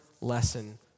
lesson